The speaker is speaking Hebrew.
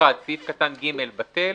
(1)סעיף קטן (ג) בטל,